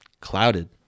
clouded